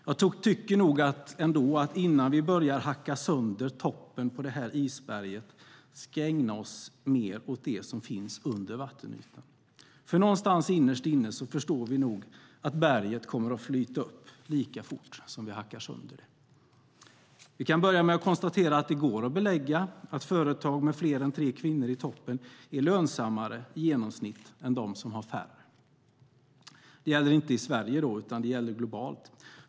Jag tycker nog att vi, innan vi börjar hacka sönder toppen på isberget, ska ägna oss mer åt det som finns under vattenytan, för någonstans innerst inne förstår vi nog att berget kommer att flyta upp lika fort som vi hackar sönder det. Vi kan börja med att konstatera att det går att belägga att företag med fler än tre kvinnor i toppen i genomsnitt är lönsammare än de som har färre. Det gäller inte i Sverige utan globalt.